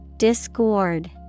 Discord